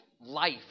life